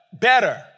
Better